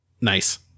Nice